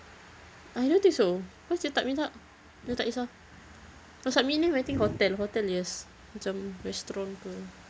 I don't think so cause dia tak minta dia tak kesah kalau submit name I think hotel hotel yes macam restaurant ke